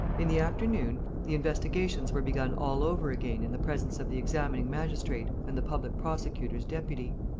in the afternoon, the investigations were begun all over again in the presence of the examining-magistrate and the public-prosecutor's deputy.